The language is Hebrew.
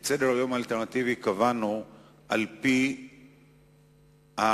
את סדר-היום האלטרנטיבי קבענו על-פי המציעים